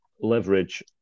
leverage